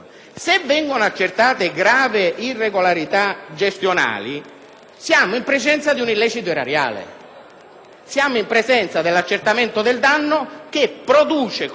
siamo in presenza di un illecito erariale e, quindi, dell'accertamento del danno che produce, come unico effetto, l'esercizio dell'azione di responsabilità amministrativa e contabile